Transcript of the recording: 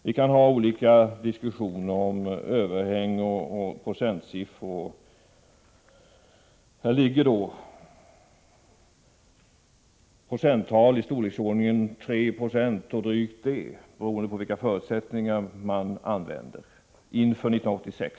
Vi kan föra olika diskussioner om överhäng och procentsiffror, men här handlar det om procenttal i storleksordningen 3 76 och drygt det, beroende på vilka förutsättningar man baserar beräkningarna på inför 1986.